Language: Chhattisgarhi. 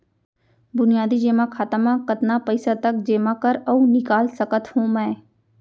बुनियादी जेमा खाता म कतना पइसा तक जेमा कर अऊ निकाल सकत हो मैं?